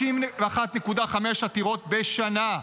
51.5 עתירות בשנה,